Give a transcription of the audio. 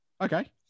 Okay